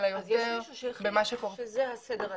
אז יש מישהו שיחליט שזה סדר העדיפות.